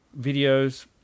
videos